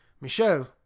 Michel